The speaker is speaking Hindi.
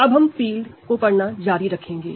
अब हम फील्ड को पढ़ना जारी रखेंगे